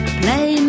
play